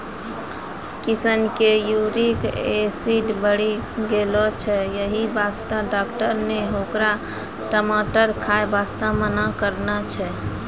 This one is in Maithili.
किशन के यूरिक एसिड बढ़ी गेलो छै यही वास्तॅ डाक्टर नॅ होकरा टमाटर खाय वास्तॅ मना करनॅ छै